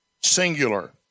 singular